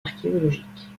archéologiques